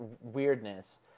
weirdness